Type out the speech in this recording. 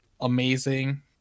amazing